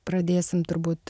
pradėsim turbūt